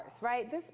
right